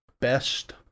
best